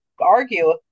argue